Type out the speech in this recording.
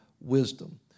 wisdom